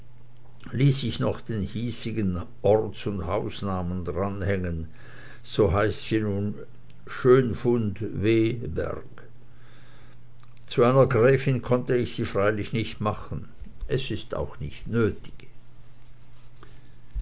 ließ ich noch den hiesigen orts und hausnamen dranhängen so heißt sie nun schönfund w berg zu einer gräfin konnt ich sie freilich nicht machen es ist auch nicht nötig